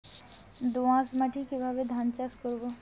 দোয়াস মাটি কিভাবে ধান চাষ করব?